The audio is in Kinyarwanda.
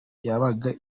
yabaga